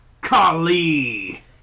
Kali